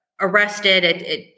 arrested